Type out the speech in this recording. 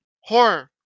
horror